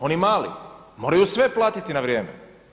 Oni mali moraju sve platiti na vrijeme.